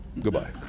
Goodbye